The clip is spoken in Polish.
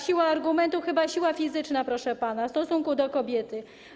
Siła argumentu - chyba siła fizyczna, proszę pana, w stosunku do kobiety.